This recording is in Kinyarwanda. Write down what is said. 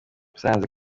musanze